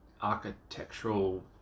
architectural